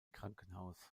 krankenhaus